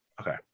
Okay